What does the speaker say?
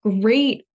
great